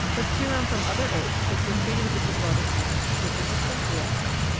but serum from other apes which were treated with the blood of man gives a distinct reaction.